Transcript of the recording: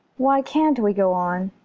why can't we go on?